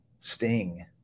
Sting